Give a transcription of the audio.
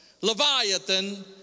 Leviathan